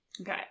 Okay